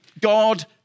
God